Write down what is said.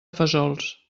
fesols